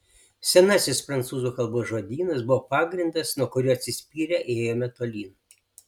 senasis prancūzų kalbos žodynas buvo pagrindas nuo kurio atsispyrę ėjome tolyn